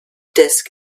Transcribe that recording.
disk